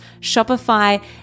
Shopify